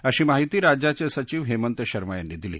अशी माहिती राज्याचे सचिव हेमंत शर्मा यांनी दिली